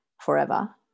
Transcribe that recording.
forever